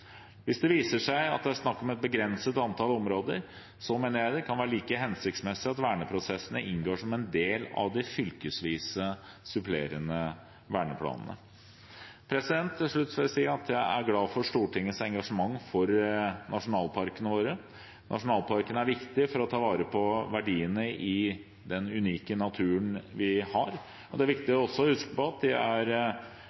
Hvis det viser seg at det er snakk om et begrenset antall områder, mener jeg det kan være like hensiktsmessig at verneprosessene inngår som en del av de fylkesvise supplerende verneplanene. Til slutt vil jeg si at jeg er glad for Stortingets engasjement for nasjonalparkene våre. Nasjonalparkene er viktige for å ta vare på verdiene i den unike naturen vi har, og det er viktig